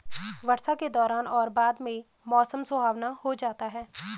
वर्षा के दौरान और बाद में मौसम सुहावना हो जाता है